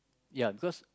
ya because